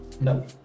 No